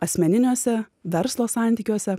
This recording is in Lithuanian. asmeniniuose verslo santykiuose